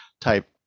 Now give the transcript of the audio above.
type